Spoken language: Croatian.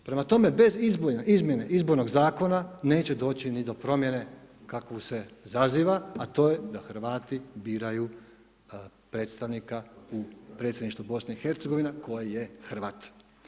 Prema tome, bez izmjene izbornog Zakona, neće doći ni do promjene kakvu se zaziva, a to je da Hrvati biraju predstavnika u predsjedništvo BiH tko je Hrvat.